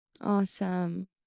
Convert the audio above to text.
Awesome